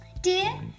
Dear